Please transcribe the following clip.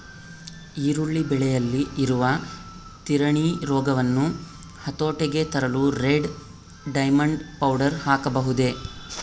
ಈರುಳ್ಳಿ ಬೆಳೆಯಲ್ಲಿ ಬರುವ ತಿರಣಿ ರೋಗವನ್ನು ಹತೋಟಿಗೆ ತರಲು ರೆಡ್ ಡೈಮಂಡ್ ಪೌಡರ್ ಹಾಕಬಹುದೇ?